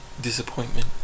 Disappointment